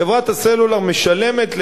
חברת הסלולר משלמת.